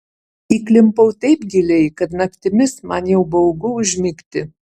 įklimpau taip giliai kad naktimis man jau baugu užmigti